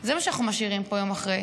זה מה שאנחנו משאירים פה יום אחרי.